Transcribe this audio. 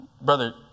Brother